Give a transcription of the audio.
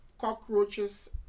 cockroaches